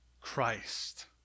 Christ